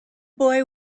boy